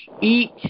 eat